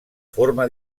forma